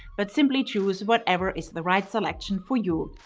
but simply choose whatever is the right selection for you.